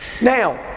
Now